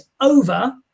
over